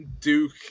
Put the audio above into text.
Duke